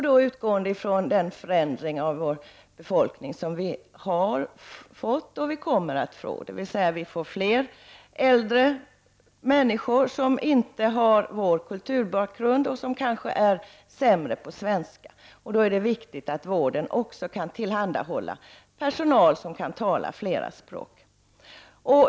Då utgår vi från den förändring av befolkningen som har varit och som kommer att bli, dvs. att det finns fler äldre människor som inte har vår kulturbakgrund och som kanske är sämre i svenska språket. Då är det viktigt att vården också kan tillhandahålla personal som kan tala flera språk.